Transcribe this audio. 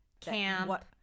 camp